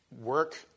work